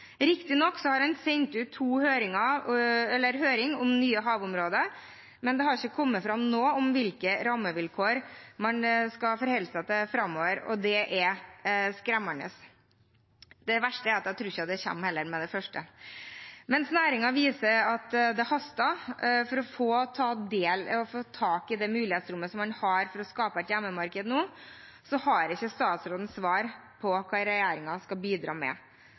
nye havområder på høring, men det har ikke kommet fram noe om hvilke rammevilkår man skal forholde seg til framover, og det er skremmende. Det verste er at jeg heller ikke tror det kommer med det første. Mens næringen viser at det haster med å ta tak i det mulighetsrommet man har for å skape et hjemmemarked nå, har ikke statsråden svar på hva regjeringen skal bidra med.